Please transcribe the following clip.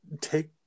take